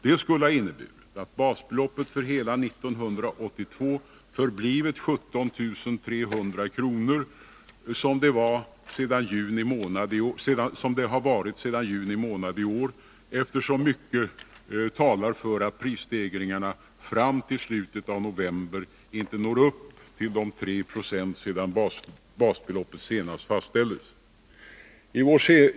Det skulle innebära att basbeloppet för hela 1982 förblir 17 300 kr., som det varit sedan juni månad i år, eftersom mycket talar för att prisstegringarna fram till slutet av november inte når upp till 3 9o sedan basbeloppet senast fastställdes.